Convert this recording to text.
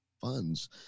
funds